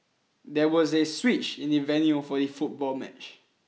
there was a switch in the venue for the football match